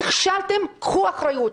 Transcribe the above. נכשלתם, קחו אחריות.